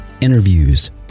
interviews